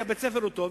כי בית-הספר הוא טוב,